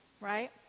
right